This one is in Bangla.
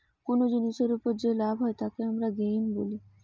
কুনো জিনিসের উপর যে লাভ হয় তাকে আমরা গেইন বলি